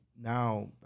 now